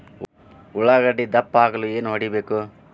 ಉಳ್ಳಾಗಡ್ಡೆ ದಪ್ಪ ಆಗಲು ಏನು ಹೊಡಿಬೇಕು?